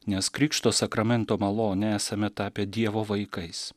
nes krikšto sakramento malone esame tapę dievo vaikais